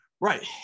right